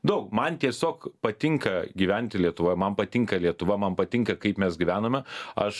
daug man tiesiog patinka gyventi lietuvoj man patinka lietuva man patinka kaip mes gyvename aš